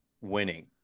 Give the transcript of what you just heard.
winning